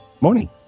Morning